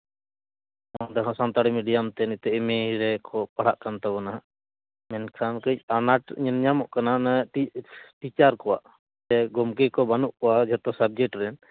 ᱚᱸᱰᱮ ᱦᱚᱸ ᱥᱟᱱᱛᱟᱲᱤ ᱢᱤᱰᱤᱭᱟᱢᱛᱮ ᱱᱤᱛᱳᱜ ᱮᱢ ᱮ ᱨᱮᱠᱚ ᱯᱟᱲᱦᱟᱜ ᱠᱟᱱ ᱛᱟᱵᱚᱱᱟ ᱢᱮᱱᱠᱷᱟᱱ ᱠᱟᱹᱡ ᱟᱱᱟᱴ ᱧᱮᱞᱧᱟᱢᱚᱜ ᱠᱟᱱᱟ ᱚᱱᱮ ᱛᱤᱥ ᱴᱤᱪᱟᱨ ᱠᱚᱣᱟᱜ ᱥᱮ ᱜᱚᱢᱠᱮ ᱠᱚ ᱵᱟᱹᱱᱩᱜ ᱠᱚᱣᱟ ᱡᱚᱛᱚ ᱥᱟᱵᱽᱡᱮᱠᱴ ᱨᱮᱱ